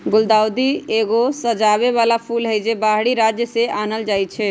गुलदाऊदी एगो सजाबे बला फूल हई, जे बाहरी राज्य से आनल जाइ छै